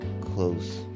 close